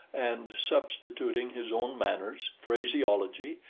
and substituting his own manners, phraseology,